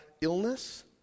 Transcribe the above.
illness